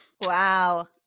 Wow